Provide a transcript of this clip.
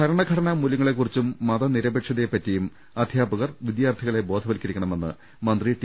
ഭരണഘടനാ മൂലൃങ്ങളെകുറിച്ചും മതന്നിരപേക്ഷതയെപ്പറ്റിയും അധ്യാപകർ വിദ്യാർത്ഥികളെ ബോധവൽക്കരിക്കണമെന്ന് മന്ത്രി ടി